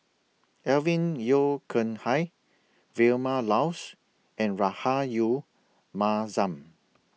Alvin Yeo Khirn Hai Vilma Laus and Rahayu Mahzam